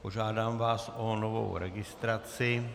Požádám vás o novou registraci.